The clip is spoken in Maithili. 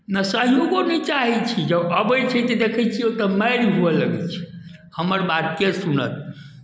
न सहयोगो नहि चाहै छी जँ अबै छै तऽ देखै छियै ओतय मारि हुअ लगै छै हमर बात के सुनत